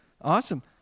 Awesome